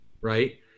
right